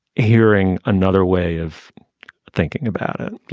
hearing another way of thinking about it,